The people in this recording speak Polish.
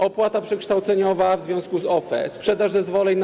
Opłata przekształceniowa w związku z OFE, sprzedaż zezwoleń na